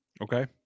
Okay